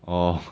orh